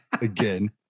Again